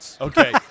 Okay